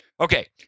Okay